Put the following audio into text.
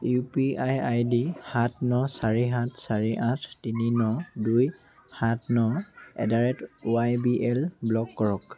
U P I ID সাত ন চাৰি সাত চাৰি আঠ তিনি ন দুই সাত ন at the rate Y B L block কৰক